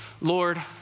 Lord